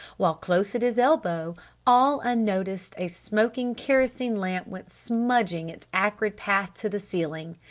while close at his elbow all unnoticed a smoking kerosine lamp went smudging its acrid path to the ceiling.